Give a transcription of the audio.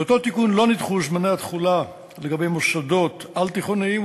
באותו תיקון לא נדחו זמני התחילה לגבי מוסדות על-תיכוניים,